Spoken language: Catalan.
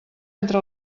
entre